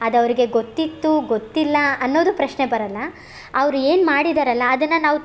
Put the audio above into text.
ಅದು ಅವರಿಗೆ ಗೊತ್ತಿತ್ತು ಗೊತ್ತಿಲ್ಲ ಅನ್ನೋದು ಪ್ರಶ್ನೆ ಬರೋಲ್ಲ ಅವ್ರು ಏನು ಮಾಡಿದ್ದಾರಲ್ಲ ಅದನ್ನು ನಾವು